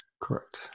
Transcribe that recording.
correct